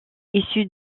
issue